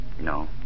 No